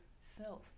self